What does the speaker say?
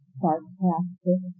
sarcastic